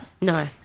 No